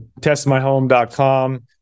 Testmyhome.com